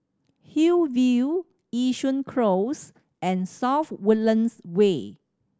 Hillview Yishun Close and South Woodlands Way